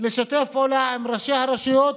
לשתף פעולה עם ראשי הרשויות,